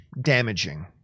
damaging